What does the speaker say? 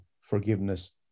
forgiveness